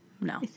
no